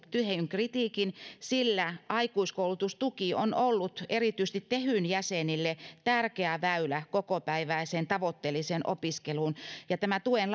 kritiikin sillä aikuiskoulutustuki on ollut erityisesti tehyn jäsenille tärkeä väylä kokopäiväiseen tavoitteelliseen opiskeluun ja tämä tuen